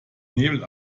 nebel